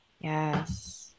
yes